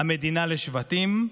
המדינה לשבטים.